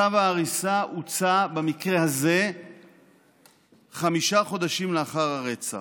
צו ההריסה הוצא במקרה הזה חמישה חודשים לאחר הרצח.